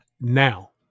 now